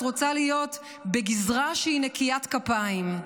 רוצה להיות בגזרה שהיא נקיית כפיים.